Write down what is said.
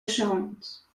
charente